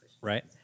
Right